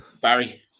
Barry